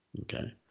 okay